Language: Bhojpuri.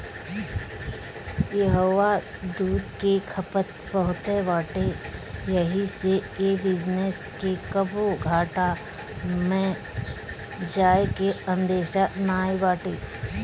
इहवा दूध के खपत बहुते बाटे एही से ए बिजनेस के कबो घाटा में जाए के अंदेशा नाई बाटे